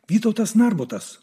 vytautas narbutas